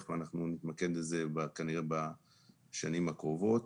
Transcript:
ואנחנו נתמקד בזה כנראה בשנים הקרובות.